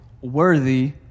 worthy